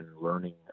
learning